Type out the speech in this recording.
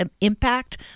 impact